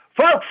folks